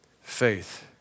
faith